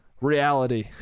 reality